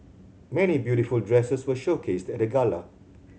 many beautiful dresses were showcased at the gala